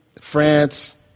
France